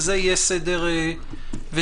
וזה יהיה סדר הדברים.